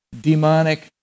Demonic